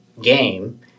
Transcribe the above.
game